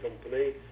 company